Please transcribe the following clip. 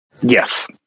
yes